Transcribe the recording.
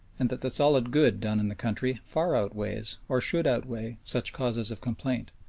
and that the solid good done in the country far outweighs, or should outweigh, such causes of complaint.